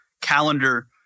calendar